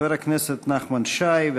חבר הכנסת נחמן שי,